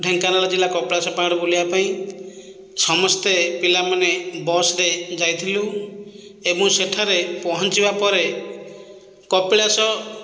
ଢେଙ୍କାନାଳ ଜିଲ୍ଲା କପିଳାସ ପାହାଡ଼ ବୁଲିବା ପାଇଁ ସମସ୍ତେ ପିଲାମାନେ ବସ୍ ରେ ଯାଇଥିଲୁ ଏବଂ ସେଠାରେ ପହଞ୍ଚିବା ପରେ କପିଳାସ